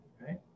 right